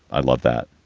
i'd love that.